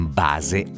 base